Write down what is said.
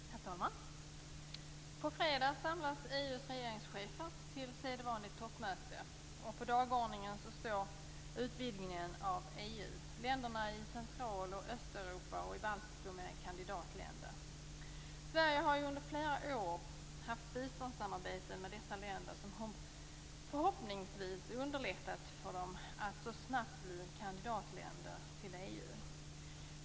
Herr talman! På fredag samlas EU:s regeringschefer till sedvanligt toppmöte. På dagordningen står utvidgningen av EU. Länderna i Central och Östeuropa och i Baltikum är kandidatländer. Sverige har under flera år haft biståndssamarbete med dessa länder som förhoppningsvis har underlättat för dem att så snabbt bli kandidatländer till EU.